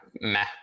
meh